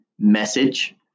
message